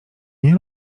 nie